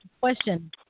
question